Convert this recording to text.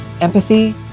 Empathy